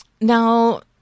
Now